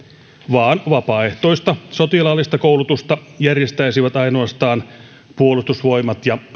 vaan vapaaehtoista sotilaallista koulutusta järjestäisivät ainoastaan puolustusvoimat ja